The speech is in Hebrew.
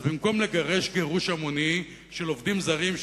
אז במקום לגרש גירוש המוני של עובדים זרים,